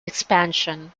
expansion